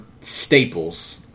staples